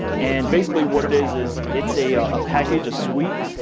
and basically what it is is it's a a package, a suite,